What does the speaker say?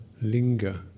linger